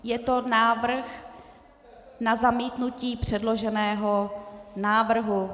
Je to návrh na zamítnutí předloženého návrhu.